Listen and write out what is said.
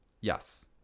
Yes